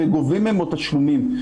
וגובים מהם עוד תשלומים.